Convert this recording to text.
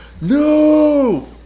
no